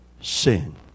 sin